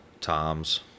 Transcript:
toms